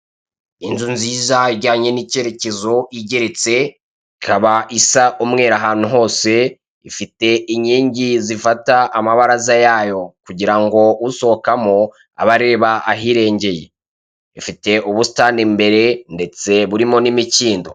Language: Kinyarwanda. Inzu nziza iyjanye n'ikerekezo igeretse ikaba iasa umweru ahantu hose, ifite inkingi zifata amabaraza yayo, kugira ngo usohokamo abe areba ahirengeye, ifite ubusitani imbere ndetse burimo n'imikindo.